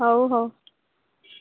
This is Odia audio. ହଉ ହଉ